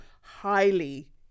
highly